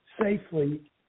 safely